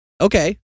okay